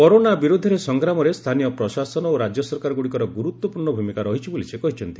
corona ବିରୋଧରେ ସଂଗ୍ରାମରେ ସ୍ଥାନୀୟ ପ୍ରଶାସନ ଓ ରାଜ୍ୟ ସରକାରଗୁଡ଼ିକର ଗୁରୁତ୍ୱପୂର୍୍ଣ ଭୂମିକା ରହିଛି ବୋଲି ସେ କହିଛନ୍ତି